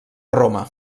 roma